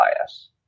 bias